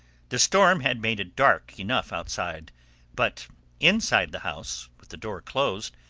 the storm had made it dark enough outside but inside the house, with the door closed,